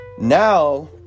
now